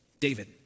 David